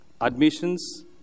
admissions